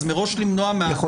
אז מראש למנוע מהאדם הזה?